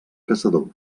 caçador